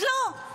אז לא,